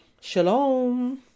Shalom